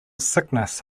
sickness